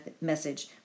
message